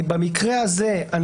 במקרה הזה,